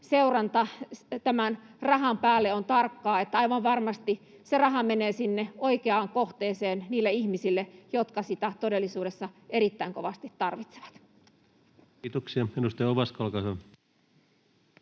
seuranta tämän rahan päälle on tarkkaa, että aivan varmasti se raha menee sinne oikeaan kohteeseen niille ihmisille, jotka sitä todellisuudessa erittäin kovasti tarvitsevat. Kiitoksia. — Edustaja Ovaska, olkaa hyvä.